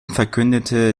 verkündete